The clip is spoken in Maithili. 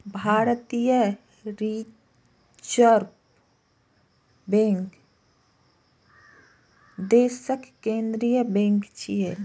भारतीय रिजर्व बैंक देशक केंद्रीय बैंक छियै